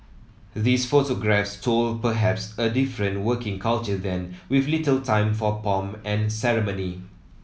these photographs told perhaps a different working culture then with little time for pomp and ceremony